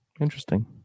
Interesting